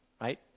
Right